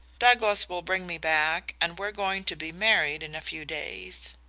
douglas will bring me back, and we are going to be married in a few days.